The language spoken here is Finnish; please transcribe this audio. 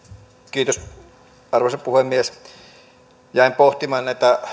arvoisa puhemies jäin pohtimaan